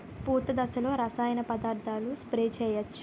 పూత దశలో రసాయన పదార్థాలు స్ప్రే చేయచ్చ?